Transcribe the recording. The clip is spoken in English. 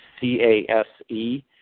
C-A-S-E